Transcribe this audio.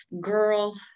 girl